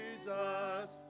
Jesus